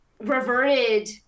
reverted